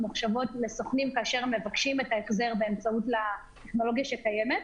ממוחשבות לסוכנים כאשר הם מבקשים את ההחזר באמצעות הטכנולוגיה שקיימת,